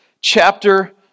chapter